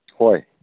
ꯍꯣꯏ